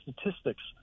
statistics